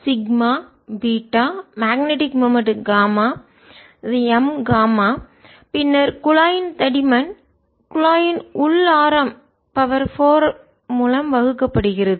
sigma beta magnetic moment gamma M gamma பின்னர் குழாயின் தடிமன் குழாயின் உள் ஆரம் 4 மூலம் வகுக்கப்படுகிறது